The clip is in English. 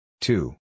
Two